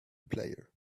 player